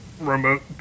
remote